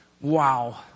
wow